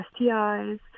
STIs